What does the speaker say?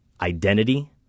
identity